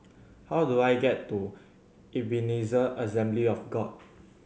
how do I get to Ebenezer Assembly of God